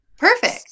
perfect